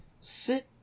sit